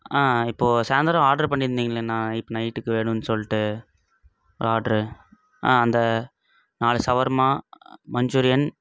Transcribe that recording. இப்போது சாயந்தரோம் ஆர்டர் பண்ணி இருந்திங்களேண்ணா இப் நைட்டுக்கு வேணும்ன் சொல்லிட்டு ஆர்டர் ஆ அந்த நாலு சவரும்மா மன்ச்சூரியன்